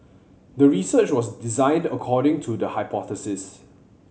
the research was designed according to the hypothesis